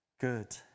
good